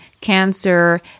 cancer